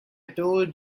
told